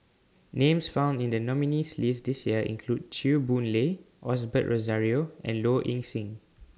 Names found in The nominees' list This Year include Chew Boon Lay Osbert Rozario and Low Ing Sing